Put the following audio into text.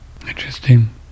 interesting